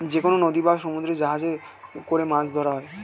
যেকনো নদী বা সমুদ্রে জাহাজে করে মাছ ধরা হয়